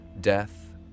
death